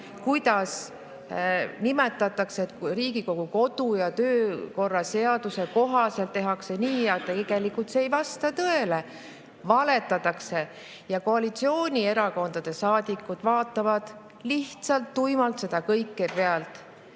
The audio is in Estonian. kuidas nimetatakse, et Riigikogu kodu- ja töökorra seaduse kohaselt tehakse nii. Tegelikult see ei vasta tõele. Valetatakse ja koalitsioonierakondade saadikud vaatavad lihtsalt tuimalt seda kõike pealt.